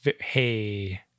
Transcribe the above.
Hey